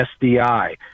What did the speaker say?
SDI